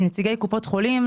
עם נציגי קופות חולים,